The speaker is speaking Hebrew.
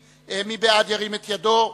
מי בעד ההסתייגות, ירים את ידו.